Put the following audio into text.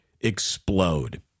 explode